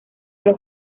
los